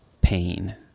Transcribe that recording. pain